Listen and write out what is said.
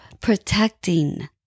protecting